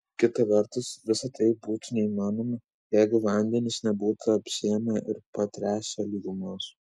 kita vertus visa tai būtų neįmanoma jeigu vandenys nebūtų apsėmę ir patręšę lygumos